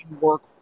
work